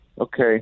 okay